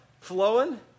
flowing